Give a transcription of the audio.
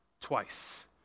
Twice